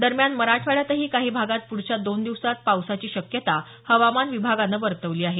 दरम्यान मराठवाड्यातही काही भागात पुढच्या दोन दिवसांत पावसाची शक्यता हवामान विभागानं वर्तवली आहे